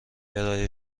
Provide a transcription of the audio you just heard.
ارائه